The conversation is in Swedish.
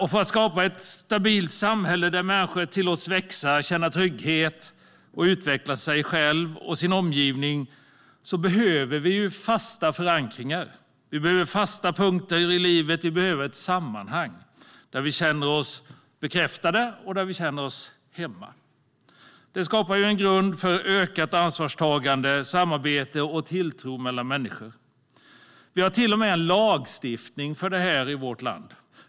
För att skapa ett stabilt samhälle där människor tillåts växa, känna trygghet och utveckla sig själva och sin omgivning behöver vi förankringar, fasta punkter i livet och sammanhang där vi känner oss bekräftade och hemma. Det skapar en grund för ökat ansvarstagande, samarbete och tilltro mellan människor. Vi har till och med lagstiftning för det här i vårt land.